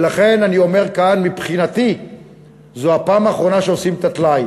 ולכן אני אומר כאן: מבחינתי זו הפעם האחרונה שעושים את הטלאי.